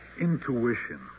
intuition